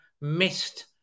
missed